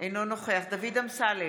אינו נוכח דוד אמסלם,